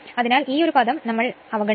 അതിനാൽ ഈ പദം ഞങ്ങൾ അവഗണിക്കും